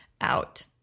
out